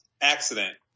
accident